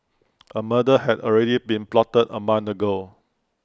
A murder had already been plotted A month ago